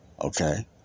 Okay